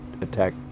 attack